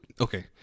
Okay